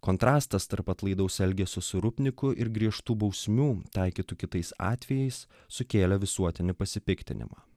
kontrastas tarp atlaidaus elgesio su rupniku ir griežtų bausmių taikytų kitais atvejais sukėlė visuotinį pasipiktinimą